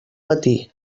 matí